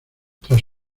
tras